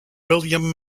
william